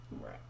Right